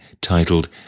titled